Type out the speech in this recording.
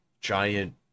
giant